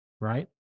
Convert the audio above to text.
right